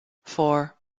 four